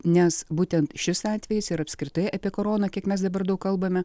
nes būtent šis atvejis ir apskritai apie koroną kiek mes dabar daug kalbame